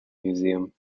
museum